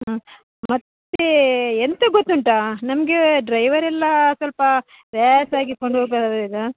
ಹ್ಞೂ ಮತ್ತೆ ಎಂಥ ಗೊತ್ತುಂಟ ನಮಗೆ ಡ್ರೈವರ್ ಎಲ್ಲ ಸ್ವಲ್ಪ ರ್ಯಾಸಾಗಿ ಕೊಂಡು ಹೋಗುವ